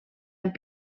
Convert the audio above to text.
amb